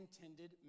intended